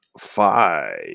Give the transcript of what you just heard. five